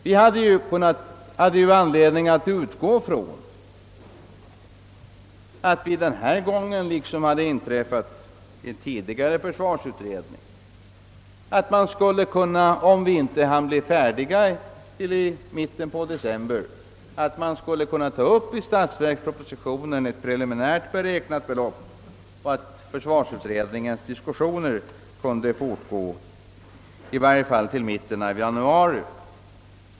Vi hade anledning att utgå från att man denna gång, i likhet med vad som hade inträffat i en tidigare försvarsutredning, om vi inte hann bli färdiga till mitten av december, skulle kunna ta upp ett preliminärt beräknat belopp i statsverkspropositionen och att försvarsutredningens diskussioner kunde fortgå i varje fall till mitten av januari.